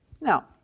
Now